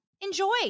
Enjoy